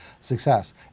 success